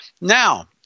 Now